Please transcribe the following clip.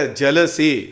jealousy